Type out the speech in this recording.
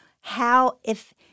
how—if